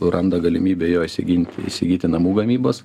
randa galimybę jo įsiginti įsigyti namų gamybos